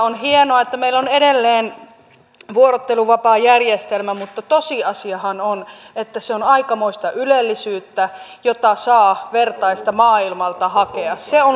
on hienoa että meillä on edelleen vuorotteluvapaajärjestelmä mutta tosiasiahan on että se on aikamoista ylellisyyttä jonka vertaista saa maailmalta hakea se on luksusta